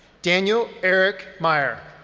daniel eric meyer.